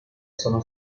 sono